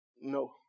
No